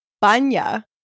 banya